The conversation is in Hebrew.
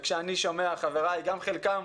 כשאני שומע, חבריי, גם חלקם,